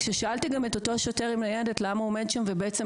כששאלתי גם את אותו שוטר בניידת למה הוא עומד שם ואיך